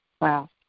Wow